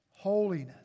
Holiness